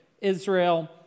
Israel